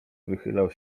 wychylał